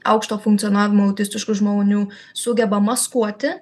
aukšto funkcionavimo autistiškų žmonių sugeba maskuoti